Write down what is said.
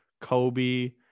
Kobe